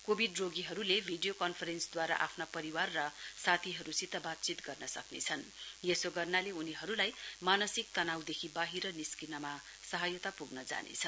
Covid रोगीहरूले video कन्फरेन्सद्वारा आफ्ना परिवार र साथीहरूसित बातचीत गर्न सक्नेछन् यसो गर्नाले उनीहरूलाई मानसिक तानवदेखि बाहिर निस्किनमा सहायता पुग्न जानेछ